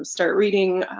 start reading.